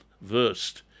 versed